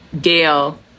Gail